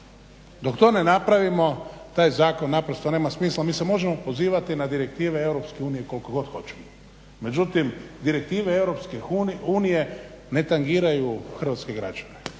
Dok to ne napravimo taj zakon naprosto nema smisla. Mi se možemo pozivati na direktive EU koliko god hoćemo, međutim direktive EU ne tangiraju hrvatske građane